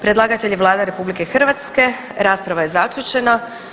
Predlagatelj je Vlada RH, rasprava je zaključena.